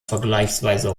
vergleichsweise